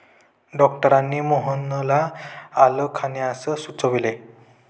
डॉक्टरांनी मोहनला आलं खाण्यास सुचविले